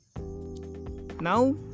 Now